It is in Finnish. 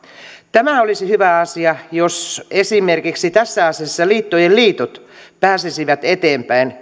tämä olisi hyvä asia jos esimerkiksi tässä asiassa liittojen liitot pääsisivät eteenpäin